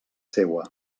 seua